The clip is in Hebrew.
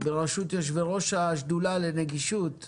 בראשות יושבי-ראש השדולה לנגישות בכנסת,